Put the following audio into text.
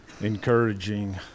encouraging